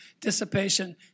dissipation